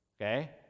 Okay